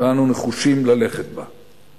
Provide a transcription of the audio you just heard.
ואנו נחושים ללכת בה.